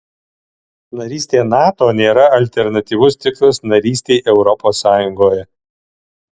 narystė nato nėra alternatyvus tikslas narystei europos sąjungoje